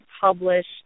published